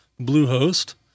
Bluehost